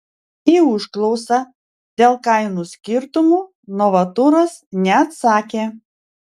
į užklausą dėl kainų skirtumų novaturas neatsakė